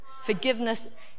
Forgiveness